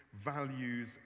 values